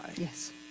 Yes